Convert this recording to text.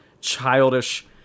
childish